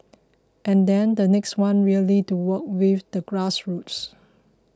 and then the next one really to work with the grassroots